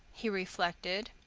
he reflected,